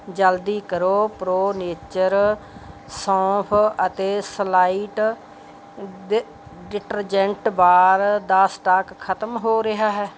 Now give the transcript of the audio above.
ਜਲਦੀ ਕਰੋ pro nature ਸੌਂਫ ਅਤੇ ਸਲਾਈਟ ਡ ਡਿਟਰਜੈਂਟ ਬਾਰ ਦਾ ਸਟਾਕ ਖਤਮ ਹੋ ਰਿਹਾ ਹੈ